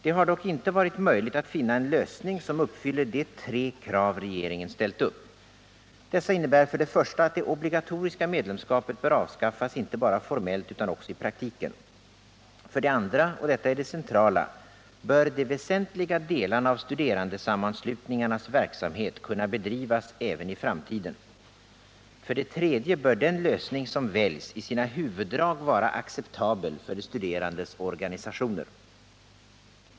Det har dock inte varit möjligt att finna en lösning som uppfyller de tre krav regeringen ställt upp. Dessa innebär för det första att det obligatoriska medlemskapet bör avskaffas inte bara formellt utan också i praktiken. För det andra — och detta är det centrala — bör de väsentliga delarna av studerandesammanslutning 13 arnas verksamhet kunna bedrivas även i framtiden. För det tredje bör den lösning som väljs i sina huvuddrag vara acceptabel för de studerandes organisationer.